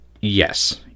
yes